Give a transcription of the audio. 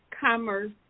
commerce